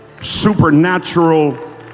supernatural